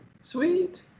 Sweet